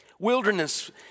Wilderness